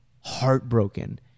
heartbroken